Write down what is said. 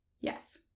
Yes